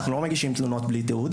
אנחנו לא מגישים תלונות בלי תיעוד,